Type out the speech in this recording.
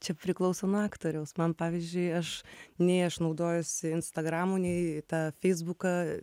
čia priklauso nuo aktoriaus man pavyzdžiui aš nei aš naudojuosi instagramu nei tą feisbuką